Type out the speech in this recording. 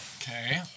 Okay